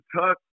Tuck